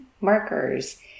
markers